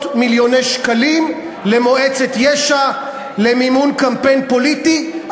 מיליוני שקלים למועצת יש"ע למימון קמפיין פוליטי,